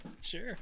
Sure